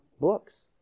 books